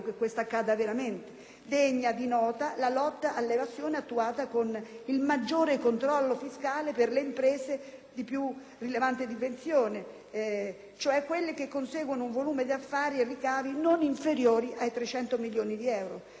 Degna di nota è la lotta all'evasione, attuata con il maggiore controllo fiscale per le imprese di più rilevante dimensione, quelle cioè che conseguono un volume di affari e ricavi non inferiore a 300 milioni di euro. Tale importo verrà